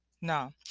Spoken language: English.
no